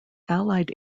allied